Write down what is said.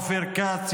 אופיר כץ,